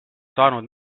saanud